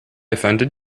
offended